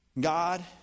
God